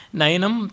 Nainam